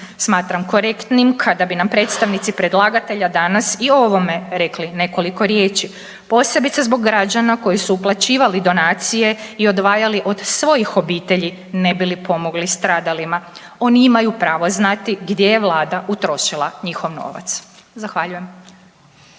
Smatram korektnim kada bi nam predstavnici predlagatelja danas i o ovome rekli nekoliko riječi. Posebice zbog građana koji su uplaćivali donacije i odvajali od svojih obitelji ne bi li pomogli stradalima. Oni imaju pravo znati gdje je Vlada utrošila njihov novac. Zahvaljujem.